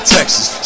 Texas